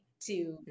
to-